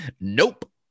nope